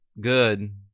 good